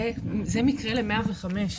זה מקרה ל-105,